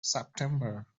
september